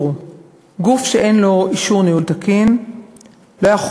גוף שאין לו אישור ניהול תקין לא יכול